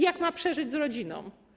Jak ma przeżyć z rodziną?